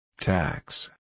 Tax